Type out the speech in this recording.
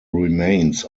remains